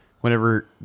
whenever